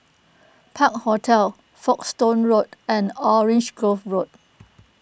Park Hotel Folkestone Road and Orange Grove Road